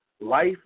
life